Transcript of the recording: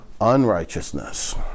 unrighteousness